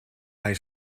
hij